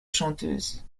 chanteuse